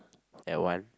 at one